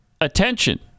attention